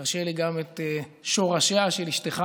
ותרשה לי להזכיר גם את שורשיה של אשתך,